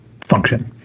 function